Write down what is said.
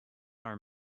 are